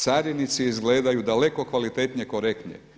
Carinici izgledaju daleko kvalitetnije, korektnije.